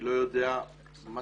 לא יודע מה